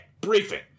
briefing